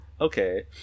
okay